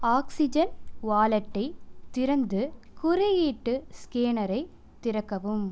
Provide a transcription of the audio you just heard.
oxygen வாலெட்டை திறந்து குறியீட்டு ஸ்கேனரை திறக்கவும்